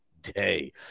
Day